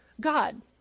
God